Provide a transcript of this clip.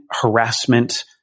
harassment